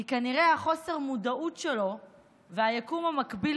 כי כנראה חוסר המודעות שלו והיקום המקביל